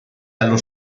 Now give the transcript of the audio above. allo